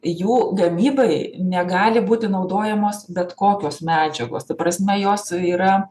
jų gamybai negali būti naudojamos bet kokios medžiagos ta prasme jos yra